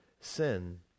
sin